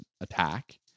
attack